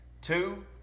Two